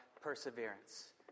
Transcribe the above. perseverance